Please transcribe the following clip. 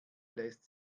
lässt